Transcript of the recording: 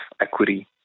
equity